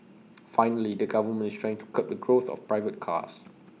finally the government is trying to curb the growth of private cars